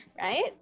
Right